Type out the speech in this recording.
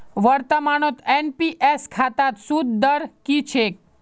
वर्तमानत एन.पी.एस खातात सूद दर की छेक